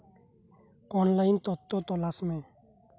online ᱛᱚᱛᱛᱚ ᱛᱚᱞᱟᱥᱢᱮ